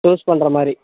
use பண்ணுற மாதிரி